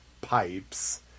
pipes